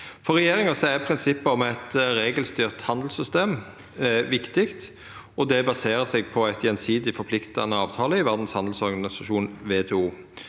For regjeringa er prinsippet om eit regelstyrt handelssystem viktig, og det baserer seg på ein gjensidig forpliktande avtale i Verdshandelsorganisasjonen, WTO.